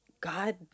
God